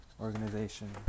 organization